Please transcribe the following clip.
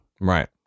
Right